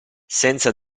senza